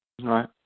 Right